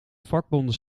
vakbonden